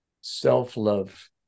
Self-love